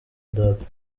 data